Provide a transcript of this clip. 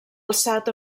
alçat